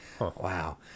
Wow